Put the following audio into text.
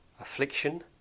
affliction